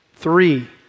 Three